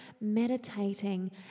meditating